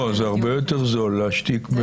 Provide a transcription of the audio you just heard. זה הרבה יותר זול להשתיק.